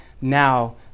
now